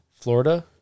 Florida